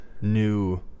New